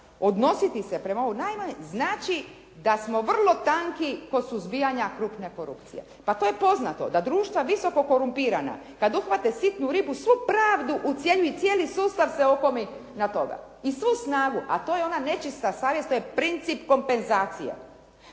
odnositi se prema ovome najmanje znači da smo vrlo tanki kod suzbijanja krupne korupcije. Pa to je poznato da društva visoko korumpirana kad uhvate sitnu ribu svu pravdu u, cijeli sustav se okomi na toga i svu snagu, a to je ona nečista savjest, to je princip kompenzacije.